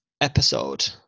episode